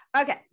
Okay